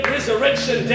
Resurrection